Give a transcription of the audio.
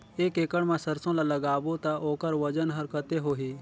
एक एकड़ मा सरसो ला लगाबो ता ओकर वजन हर कते होही?